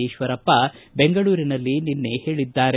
ಈಶ್ವರಪ್ಪ ಬೆಂಗಳೂರಿನಲ್ಲಿ ನಿನ್ನೆ ಹೇಳದ್ದಾರೆ